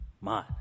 Man